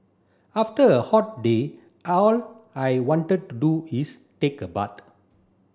after a hot day all I wanted to do is take a bath